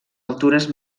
altures